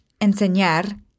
enseñar